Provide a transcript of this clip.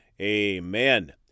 amen